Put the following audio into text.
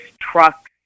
trucks